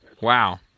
Wow